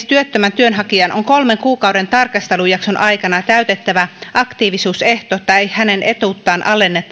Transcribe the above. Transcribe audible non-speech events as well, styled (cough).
(unintelligible) työttömän työnhakijan on kolmen kuukauden tarkastelujakson aikana täytettävä aktiivisuusehto tai hänen etuuttaan alennetaan